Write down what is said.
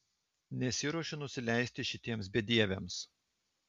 nesiruošiu nusileisti šitiems bedieviams